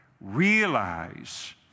realize